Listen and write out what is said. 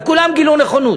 וכולם גילו נכונות: